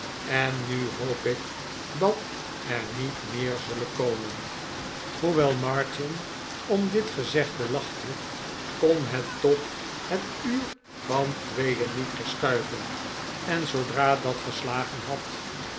en nu hoop ik dat er niet meer zullen komen hoewel martin op dit gezegde lachte kon het toch het uur van tweeen niet verschuiven en zoodra dat gestagen had